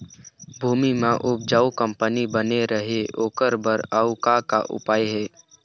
भूमि म उपजाऊ कंपनी बने रहे ओकर बर अउ का का उपाय हे?